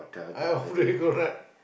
I off the aircon right